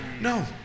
no